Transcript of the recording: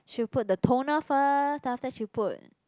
she will put the toner first then after that she'll put